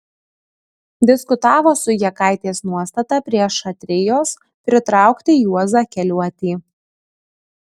diskutavo su jakaitės nuostata prie šatrijos pritraukti juozą keliuotį